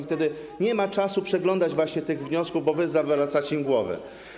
Wtedy nie ma czasu przeglądać właśnie tych wniosków, bo wy zawracacie głowę.